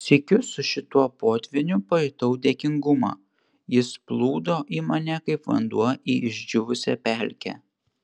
sykiu su šituo potvyniu pajutau dėkingumą jis plūdo į mane kaip vanduo į išdžiūvusią pelkę